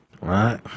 right